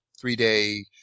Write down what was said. three-day –